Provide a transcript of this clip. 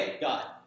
God